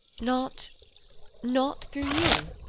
not not through you?